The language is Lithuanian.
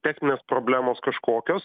techninės problemos kažkokios